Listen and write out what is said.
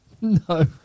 No